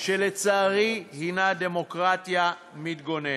שלצערי היא דמוקרטיה מתגוננת.